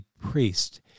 priest